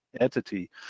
entity